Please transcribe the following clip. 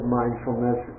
mindfulness